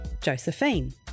Josephine